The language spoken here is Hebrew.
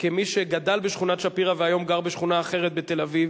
כמי שגדל בשכונת-שפירא והיום גר בשכונה אחרת בתל-אביב,